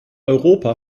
europa